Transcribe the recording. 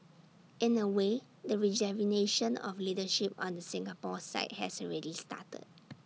in A way the rejuvenation of leadership on the Singapore side has already started